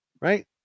right